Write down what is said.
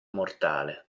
mortale